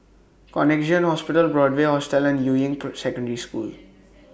Connexion Hospital Broadway Hotel and Yuying Secondary School